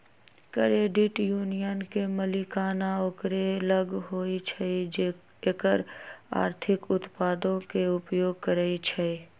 credit union के मलिकाना ओकरे लग होइ छइ जे एकर आर्थिक उत्पादों के उपयोग करइ छइ